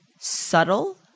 subtle